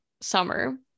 summer